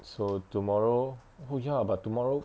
so tomorrow oh ya but tomorrow